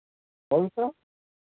कौन सा